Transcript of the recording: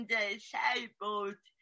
disabled